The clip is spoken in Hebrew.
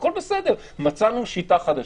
הכול בסדר, מצאנו שיטה חדשה.